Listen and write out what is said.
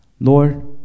Lord